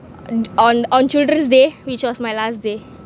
on on on children's day which was my last day